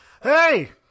Hey